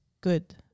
good